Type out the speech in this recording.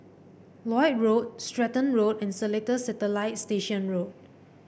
Lloyd Road Stratton Road and Seletar Satellite Station Road